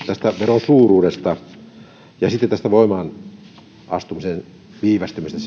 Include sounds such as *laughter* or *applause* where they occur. tästä veron suuruudesta ja sitten tästä voimaan astumisen viivästymisestä *unintelligible*